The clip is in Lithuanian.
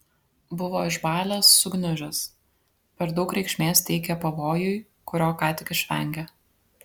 buvo išbalęs sugniužęs per daug reikšmės teikė pavojui kurio ką tik išvengė